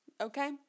Okay